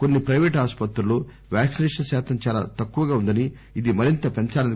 కొన్సి ప్లైపేట్ ఆస్పత్రులలో వ్యాక్పినేషన్ శాతం చాలా తక్కువగా ఉందని ఇది మరింత పెంచాలన్నారు